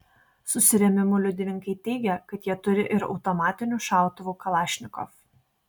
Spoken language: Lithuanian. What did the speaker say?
susirėmimų liudininkai teigia kad jie turi ir automatinių šautuvų kalašnikov